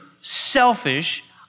selfish